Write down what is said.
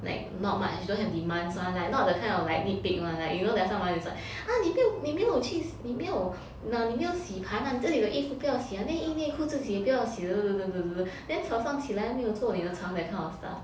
like not much don't have demands [one] like not the kind of nitpick [one] like you know that someone is like ah 你没有去你没有你没有洗盘自己的衣服不要洗啊内衣内裤自己也不要洗 then 早上起来没有做你的床 that kind of stuff